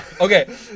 Okay